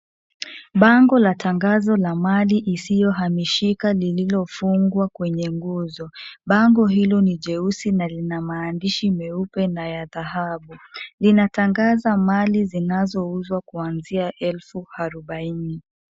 Bango la tangazo la mali isiyo hamishika lililofungwa kwenye nguzo. Bango hilo ni jeusi na lina maandishi meupe na ya dhahabu. Linatangaza mali zinazouzwa kuanzia elfu arubaini.